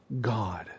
God